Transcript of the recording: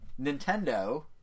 Nintendo